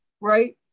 right